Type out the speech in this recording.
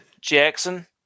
Jackson